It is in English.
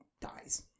dies